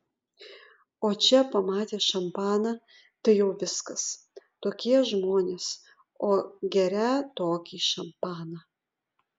o čia pamatė šampaną tai jau viskas tokie žmonės o gerią tokį šampaną